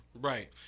Right